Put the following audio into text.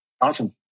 Awesome